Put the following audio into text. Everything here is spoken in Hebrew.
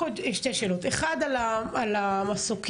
אבל אני חושבת שהשארתם את המגזר כללי קצת מאחור.